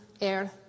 air